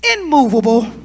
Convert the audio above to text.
Immovable